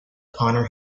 honour